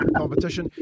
competition